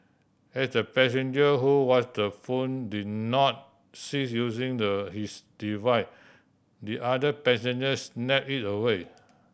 as the passenger who was the phone did not cease using the his device the other passenger snatched it away